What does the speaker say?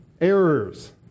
errors